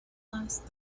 last